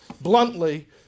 bluntly